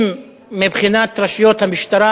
מבחינת רשויות המשטרה,